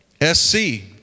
S-C